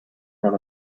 front